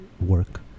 work